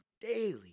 daily